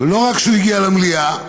ולא רק שהגיע למליאה,